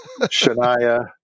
Shania